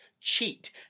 cheat